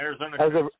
Arizona